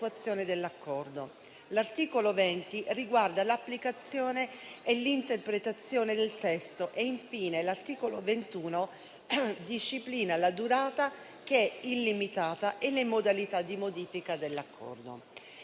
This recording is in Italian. L'articolo 20 riguarda l'applicazione e l'interpretazione del testo. Infine, l'articolo 21 disciplina la durata, che è illimitata, e le modalità di modifica dell'Accordo.